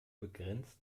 begrenzt